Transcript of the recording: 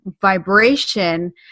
vibration